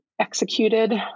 executed